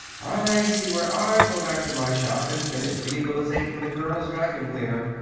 i see where i go back to my shop and finish rehabilitatin' the colonel's vacuum cleaner.